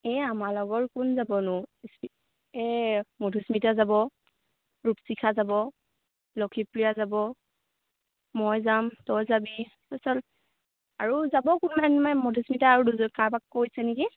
এই আমাৰ লগৰ কোন যাবনো এই মধুস্মিতা যাব ৰূপচিখা যাব লক্ষীপ্ৰিয়া যাব মই যাম তই যাবি তাৰপিছত আৰু যাব কাৰবাক কৈছে নেকি